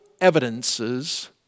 evidences